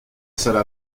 salle